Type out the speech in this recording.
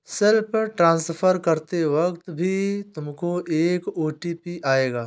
self transfer करते वक्त भी तुमको एक ओ.टी.पी आएगा